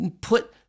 put